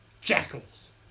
jackals